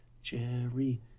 jerry